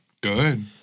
Good